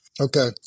Okay